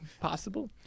Possible